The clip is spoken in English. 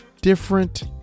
different